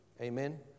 Amen